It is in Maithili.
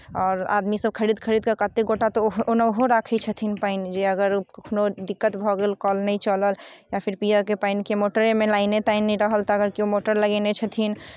आओर आदमीसभ खरीद खरीद कऽ कतेक गोटा तऽ ओ ओनाहो राखै छथिन पानि जे अगर कखनो दिक्कत भऽ गेल कल नहि चलल या फिर पियऽके पानि कऽ मोटरेमे लाइने ताइने रहल तऽ अगर केओ मोटर लगेने छथिन